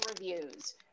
reviews